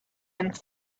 and